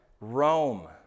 Rome